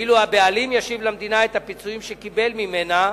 ואילו הבעלים ישיב למדינה את הפיצויים שקיבל ממנה.